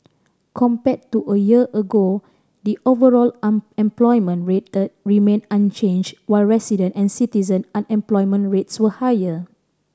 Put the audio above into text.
compared to a year ago the overall unemployment rate remained unchanged while resident and citizen unemployment rates were higher